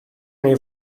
neu